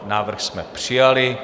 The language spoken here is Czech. Návrh jsme přijali.